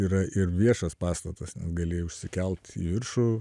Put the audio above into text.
yra ir viešas pastatas net gali užsikelt į viršų